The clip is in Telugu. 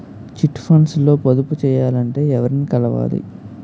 చిట్ ఫండ్స్ లో పొదుపు చేయాలంటే ఎవరిని కలవాలి?